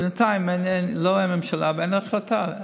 בינתיים אין ממשלה ואין החלטה.